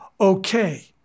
okay